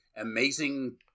amazing